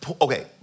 Okay